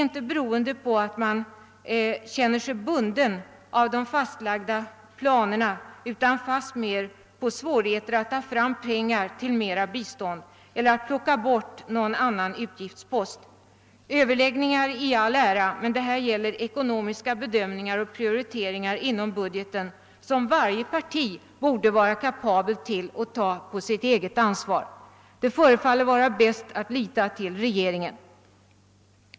Det beror inte på att man känner sig bunden av de fastlagda planerna, utan fastmer på svårigheter att ta fram pengar till mer bistånd eller att plocka bort någon utgiftspost. Överläggningar i all ära, men här gäller det ekonomiska bedömningar och prioriteringar inom budgeten som varje parti borde vara kapabel att ta på sitt eget ansvar. Det förefaller vara bäst att lita till regeringen.